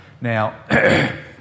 Now